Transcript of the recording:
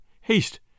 haste